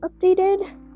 updated